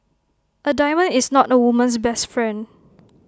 A diamond is not A woman's best friend